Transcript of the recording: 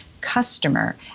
customer